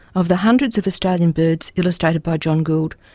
of the hundreds of australian birds illustrated by john gould,